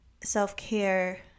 self-care